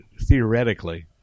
theoretically –